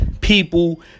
people